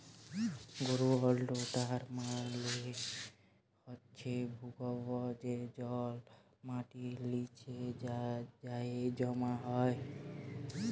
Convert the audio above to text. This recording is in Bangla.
গ্রাউল্ড ওয়াটার মালে হছে ভূগর্ভস্থ যে জল মাটির লিচে যাঁয়ে জমা হয়